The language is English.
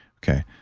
okay.